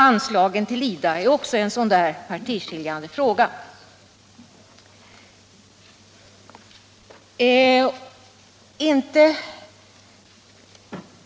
Anslagen till IDA är också en partiskiljande fråga.